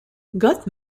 got